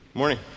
morning